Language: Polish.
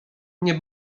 nie